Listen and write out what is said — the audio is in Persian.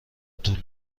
طول